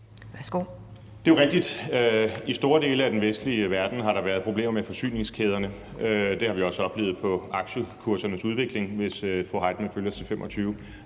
(DF): Det er rigtigt, at der i store dele af den vestlige verden har været problemer med forsyningskæderne. Det har vi også oplevet på aktiekursernes udvikling, og fru Jane Heitmann